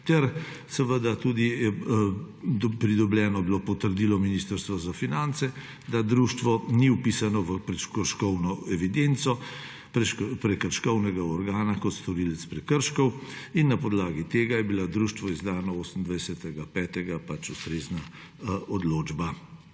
sankcija. Pridobljeno je bilo tudi potrdilo Ministrstva za finance, da društvo ni vpisano v prekrškovno evidenco prekrškovnega organa kot storilec prekrškov. Na podlagi tega je bila društvu izdana 28. maja ustrezna odločba.